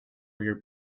your